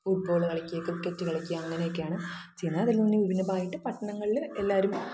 ഫുട് ball കളിക്കുകയോ cricket കളിക്കുകയോ അങ്ങനൊക്കെയാണ് ചെയ്യുന്നത് അതിൽ നിന്ന് വിഭിന്നമായിട്ട് പട്ടണങ്ങളിൽ എല്ലാവരും